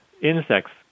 insects